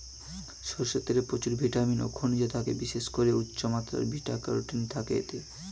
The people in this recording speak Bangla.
সরষের তেলে প্রচুর ভিটামিন ও খনিজ থাকে, বিশেষ করে উচ্চমাত্রার বিটা ক্যারোটিন থাকে এতে